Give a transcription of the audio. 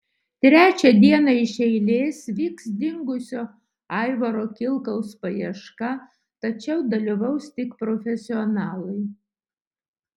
trečią dieną iš eilės vyks dingusio aivaro kilkaus paieška tačiau dalyvaus tik profesionalai